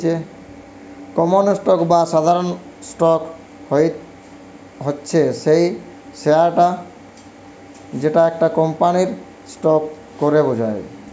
common stock বা সাধারণ stock হতিছে সেই শেয়ারটা যেটা একটা কোম্পানির স্টক কে বোঝায়